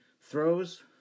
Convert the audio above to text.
throws